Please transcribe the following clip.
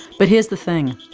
but here's the thing,